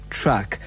track